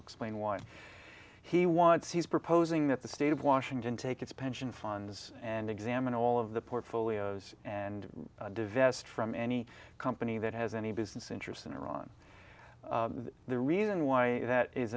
explain why he wants he's proposing that the state of washington take its pension funds and examine all of the portfolios and divest from any company that has any business interests in iran the reason why that is